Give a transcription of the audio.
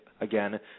Again